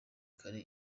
kare